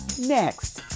next